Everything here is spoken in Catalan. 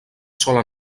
sola